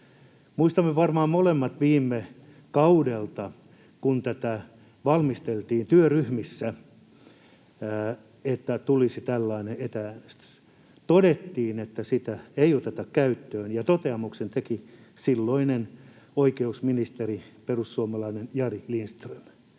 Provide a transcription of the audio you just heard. Muistamme varmaan molemmat viime kaudelta, kun tätä valmisteltiin työryhmissä, että tulisi tällainen etä-äänestys. Todettiin, että sitä ei oteta käyttöön, ja toteamuksen teki silloinen oikeusministeri, perussuomalainen Jari Lindström.